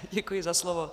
Děkuji za slovo.